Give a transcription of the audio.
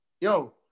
Yo